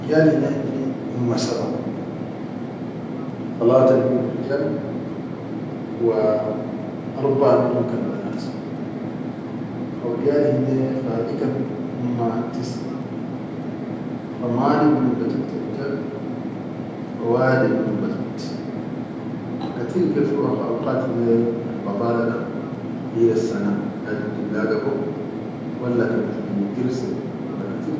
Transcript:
Iyal hine emmi humma sabʼa, talata minum rijal wa arbaʼa minum kan banat, haw iyal hine khali humma tisʼea, tamani minum chatta rijal wa wade minum bas bit. Ha katir ke fi auqat hine al